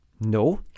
No